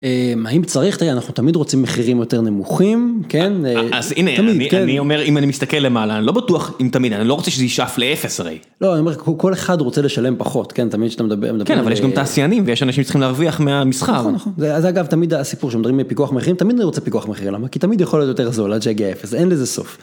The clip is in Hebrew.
האם צריך? אנחנו תמיד רוצים מחירים יותר נמוכים, כן. אז הנה אני אומר אם אני מסתכל למעלה אני לא בטוח אם תמיד, אני לא רוצה שזה יישאף לאפס הרי, לא אני אומר כל אחד רוצה לשלם פחות, כן? תמיד שאתה מדבר... כן, אבל יש גם תעשיינים ויש אנשים צריכים להרוויח מהמסחר. נכון, זה אגב תמיד הסיפור שמדברים מפיקוח מחירים- תמיד אני רוצה פיקוח מחיר, למה כי תמיד יכול להיות יותר זול עד שהגיעה אפס, אין לזה סוף.